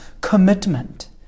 commitment